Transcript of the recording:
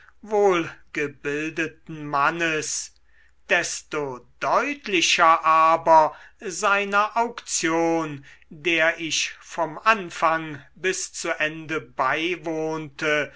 wohlgebildeten mannes desto deutlicher aber seiner auktion der ich vom anfang bis zu ende beiwohnte